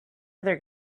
other